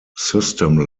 system